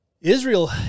Israel